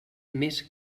més